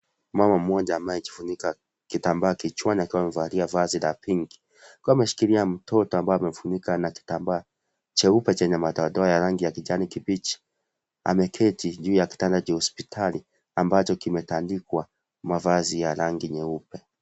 Mama mmoja anayejifunika kitambaa kichwani akiwa amevalia vazi la pinki huku ameshikilia mtoto ambaye amefunika na kitambaa cheupe chenye madoadoa ya rangi ya kijani kibichi ameketi juu ya kitanda cha hospitali ambacho kimetandikwa mavazi ya rangi nyeupe.